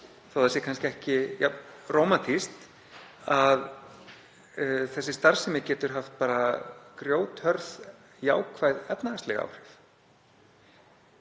að það sé kannski ekki jafn rómantískt, að þessi starfsemi getur haft grjóthörð, jákvæð efnahagsleg áhrif.